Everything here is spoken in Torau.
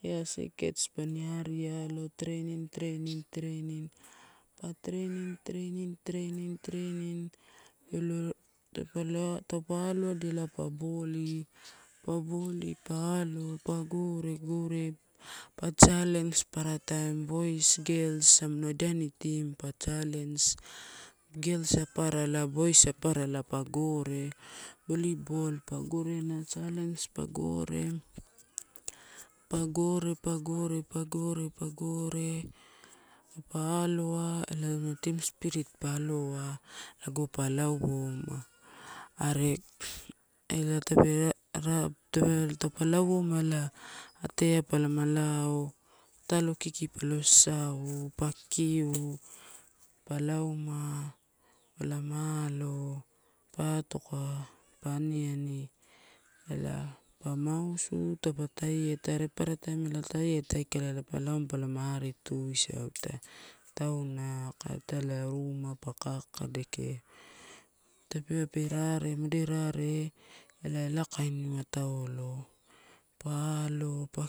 Eia sekets spani ari alo, training, training, training, pa training, training, training, training. Pelo, taupa aloadia ela pa bolly, pa bolly pa alo, pa gore, gore, gore, pa challenge papara taim boys, girls amuna igani team pa challenge. Girls aparalai oys aparalai pa gore, volleyball pa govena pa challenge pa gore, pa gore, pa gore, pa gore, pa gore, taupa aloa ela auna team spirit pa aloa lago pa lauouma. Are taupa lauouma ela ateai palama lao, patalo kiki palama sasau pa kikiu. Pa lau ma palama alo pa atoka, pa aniani ela pa mousu taupa tiet are papara taim ela tiet aikala ela pa lauma palama eru tuisau ita taunai aka italai rumai pa kakadeke. Tapeuwa pe rare, moderate, ela, ela kainiua taulo, pa alo pa